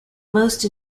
most